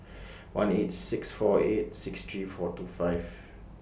one eight six four eight six three four two five